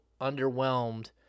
underwhelmed